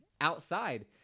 outside